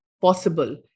possible